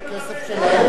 זה כסף שלהם.